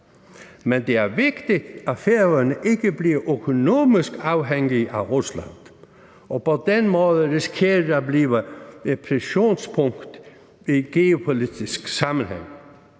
men det er vigtigt, at Færøerne ikke bliver økonomisk afhængig af Rusland, for så risikerer vi at blive et pressionspunkt i geopolitisk sammenhæng.